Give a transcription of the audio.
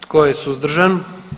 Tko je suzdržan?